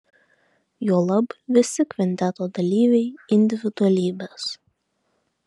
juolab visi kvinteto dalyviai individualybės